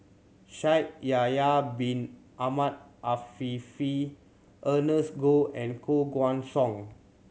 Shaikh Yahya Bin Ahmed Afifi Ernest Goh and Koh Guan Song